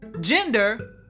gender